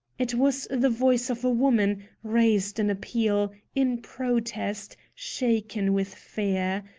it was the voice of a woman, raised in appeal, in protest, shaken with fear.